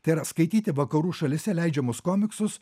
tai yra skaityti vakarų šalyse leidžiamus komiksus